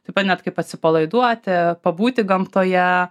taip pat net kaip atsipalaiduoti pabūti gamtoje